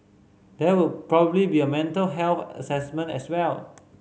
there would probably be a mental health assessment as well